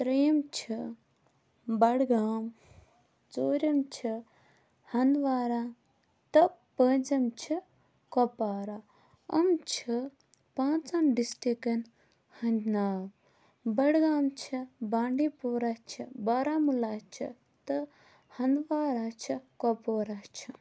تریٚیِم چھِ بَڈگام ژوٗرِم چھِ ہَنٛدوارا تہٕ پوٗنٛژِم چھِ کۄپوارا یِم چھِ پانٛژَن ڈِسٹرکَن ہٕنٛد ناو بَڈگام چھ بانٛڈیپورا چھ بارہمولا چھ تہٕ ہَنٛدوارا چھ کۄپورا چھ